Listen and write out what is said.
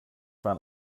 waren